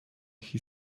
his